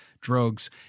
drugs